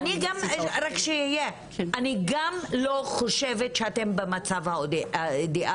אני גם לא חושבת שאתם האוניברסיטאות במצב אידיאלי.